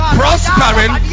prospering